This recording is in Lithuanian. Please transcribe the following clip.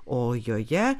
o joje